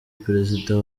perezida